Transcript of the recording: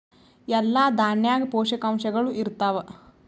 ಎಲ್ಲಾ ದಾಣ್ಯಾಗ ಪೋಷಕಾಂಶಗಳು ಇರತ್ತಾವ?